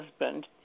husband